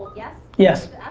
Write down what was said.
yes? yes.